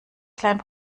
kleinen